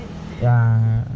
ya